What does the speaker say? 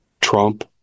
trump